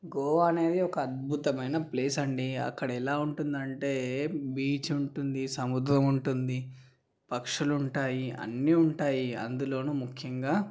గోవా అనేది ఒక అద్భుతమైన ప్లేస్ అండి అక్కడ ఎలా ఉంటుందంటే బీచ్ ఉంటుంది సముద్రం ఉంటుంది పక్షులుంటాయి అన్నీ ఉంటాయి అందులోను ముఖ్యంగా